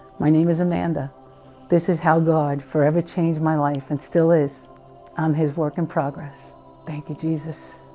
my, name is amanda this is how. god forever changed, my life, and still is um his work in progress thank you jesus